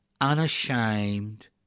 unashamed